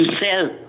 sell